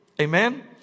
Amen